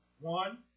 One